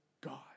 God